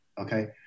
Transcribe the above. Okay